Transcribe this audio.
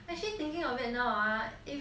actually thinking of it now if